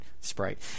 sprite